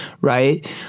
right